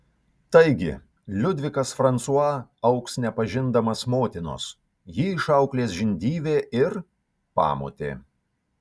taigi liudvikas fransua augs nepažinodamas motinos jį išauklės žindyvė ir pamotė